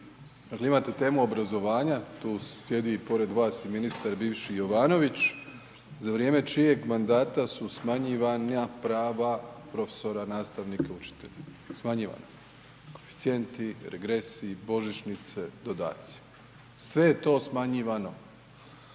kada imate temu obrazovanju tu sjedi pored vas i ministar bivši Jovanović za vrijeme čijeg mandata su smanjivana prava profesora, nastavnika, učitelja smanjivana. Koeficijenti, regresi, božićnice, dodaci sve je to smanjivano.